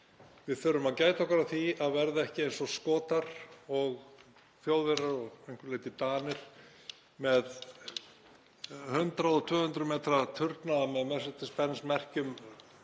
Við þurfum að gæta okkar á því að verða ekki eins og Skotar og Þjóðverjar og að einhverju leyti Danir með 100 og 200 metra turna með Mercedes Benz merkjum